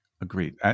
Agreed